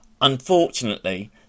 unfortunately